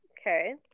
Okay